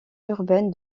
urbaine